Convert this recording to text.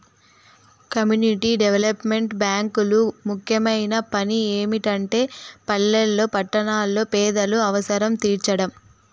community development బ్యేంకులు ముఖ్యమైన పని ఏమిటంటే పల్లెల్లో పట్టణాల్లో పేదల అవసరం తీర్చడం